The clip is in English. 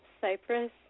Cyprus